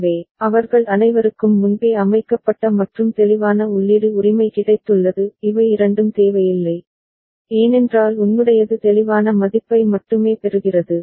எனவே அவர்கள் அனைவருக்கும் முன்பே அமைக்கப்பட்ட மற்றும் தெளிவான உள்ளீடு உரிமை கிடைத்துள்ளது இவை இரண்டும் தேவையில்லை ஏனென்றால் உன்னுடையது தெளிவான மதிப்பை மட்டுமே பெறுகிறது